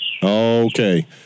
Okay